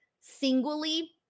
singly